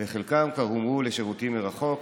וחלקם כבר הומרו לשירותים מרחוק,